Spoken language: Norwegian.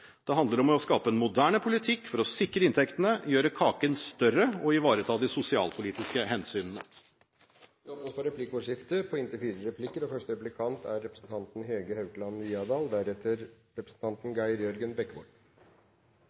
Det handler om å skape en moderne politikk for å sikre inntektene, gjøre kaken større og ivareta de sosialpolitiske hensynene. Det blir replikkordskifte.